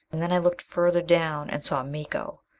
and then i looked further down and saw miko!